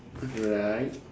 right